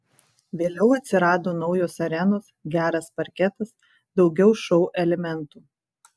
vėliau atsirado naujos arenos geras parketas daugiau šou elementų